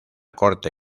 corte